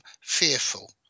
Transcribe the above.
fearful